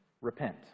repent